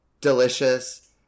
delicious